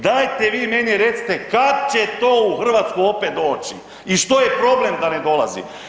Dajte vi meni recite kad će to u Hrvatsku opet doći i što je problem da ne dolazi?